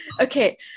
Okay